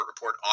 Report